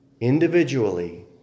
individually